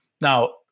Now